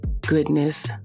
goodness